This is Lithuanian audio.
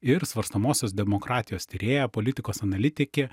ir svarstomosios demokratijos tyrėja politikos analitikė